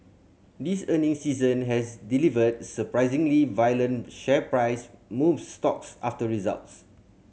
this earnings season has delivered surprisingly violent share price moves stocks after results